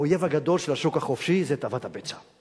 והאויב הגדול של השוק החופשי זה תאוות הבצע,